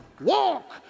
walk